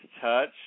touch